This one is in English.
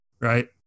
right